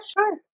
sure